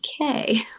okay